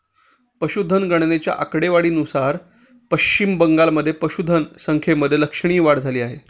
पशुधन गणनेच्या आकडेवारीनुसार पश्चिम बंगालमध्ये पशुधन संख्येमध्ये लक्षणीय वाढ झाली आहे